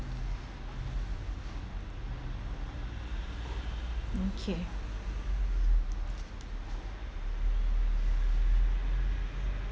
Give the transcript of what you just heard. okay